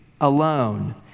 alone